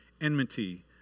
enmity